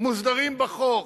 מוסדרים בחוק.